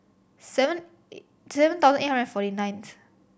seven seven thousand eight hundred forty ninth